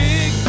Big